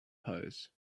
pose